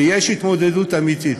ויש התמודדות אמיתית.